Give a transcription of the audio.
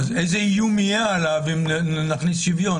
אז איזה איום יהיה עליו אם נכניס שוויון?